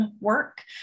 work